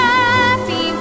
Happy